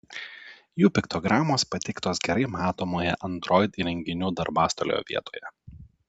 jų piktogramos pateiktos gerai matomoje android įrenginių darbastalio vietoje